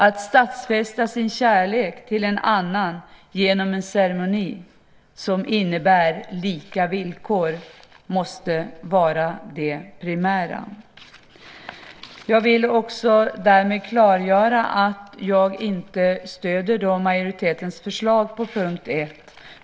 Att stadfästa sin kärlek till en annan genom en ceremoni som innebär lika villkor måste vara det primära. Jag vill därmed också klargöra att jag inte stöder majoritetens förslag under punkt 1.